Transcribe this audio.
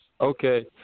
Okay